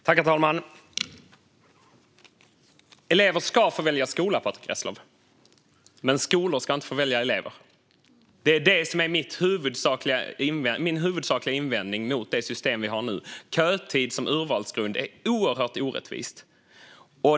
Herr talman! Elever ska få välja skola, Patrick Reslow, men skolor ska inte få välja elever. Det är detta som är min huvudsakliga invändning mot det system som vi har nu. Kötid som urvalsgrund är oerhört orättvist.